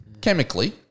chemically